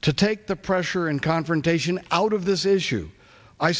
to take the pressure and confrontation out of this issue i